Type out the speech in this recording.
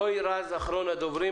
רוי רז אחרון הדוברים,